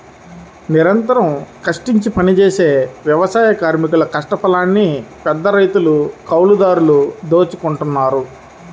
నిరంతరం కష్టించి పనిజేసే వ్యవసాయ కార్మికుల కష్టఫలాన్ని పెద్దరైతులు, కౌలుదారులు దోచుకుంటన్నారు